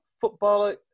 Footballer